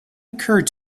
occurred